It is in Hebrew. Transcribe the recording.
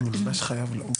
אני ממש חייב לעוף.